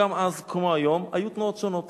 שגם אז, כמו היום, היו תנועות שונות.